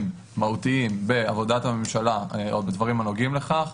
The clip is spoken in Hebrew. מהותיים בעבודת הממשלה או בדברים הנוגעים לכך,